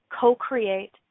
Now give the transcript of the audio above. co-create